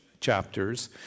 chapters